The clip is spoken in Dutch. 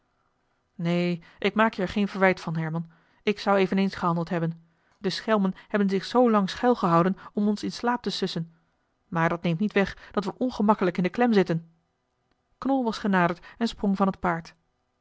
neen ik maak je er geen verwijt van herman ik zou eveneens gehandeld hebben de schelmen hebben zich zoo lang schuil gehouden om ons in slaap te sussen maar dat neemt niet weg dat we ongemakkelijk in de klem zitten knol was genaderd en sprong van het paard